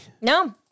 No